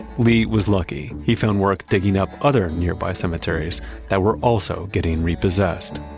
lee was lucky. he found work digging up other nearby cemeteries that were also getting repossessed